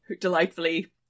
delightfully